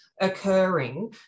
occurring